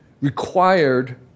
required